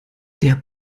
der